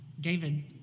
David